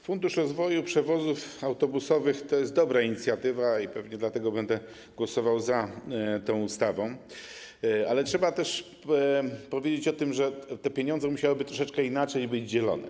Fundusz Rozwoju Przewozów Autobusowych to jest dobra inicjatywa i pewnie dlatego będę głosował za tą ustawą, ale trzeba też powiedzieć o tym, że te pieniądze musiałyby troszeczkę inaczej być dzielone.